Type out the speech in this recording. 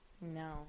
No